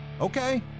Okay